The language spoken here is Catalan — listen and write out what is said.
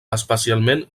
especialment